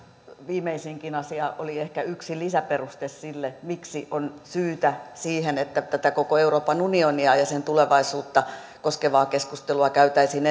viimeisinkin asia oli ehkä yksi lisäperuste sille miksi on syytä siihen että tätä koko euroopan unionia ja sen tulevaisuutta koskevaa keskustelua käytäisiin